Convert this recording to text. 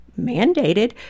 mandated